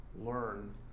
learn